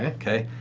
okay?